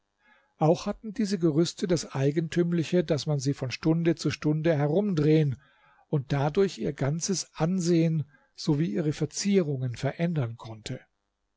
auch hatten diese gerüste das eigentümliche daß man sie von stunde zu stunde herumdrehen und dadurch ihr ganzes ansehen sowie ihre verzierungen verändern konnte